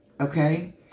okay